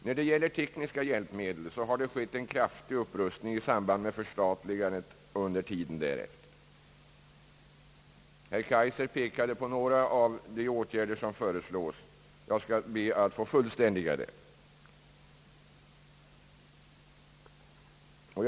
När det gäller tekniska hjälpmedel har en kraftig upprustning skett i samband med förstatligandet och under tiden närmast därefter. Herr Kaijser pekade på några av de åtgärder som har föreslagits. Jag skall be att få fullständiga hans uppräkning.